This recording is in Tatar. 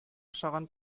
ашаган